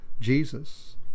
Jesus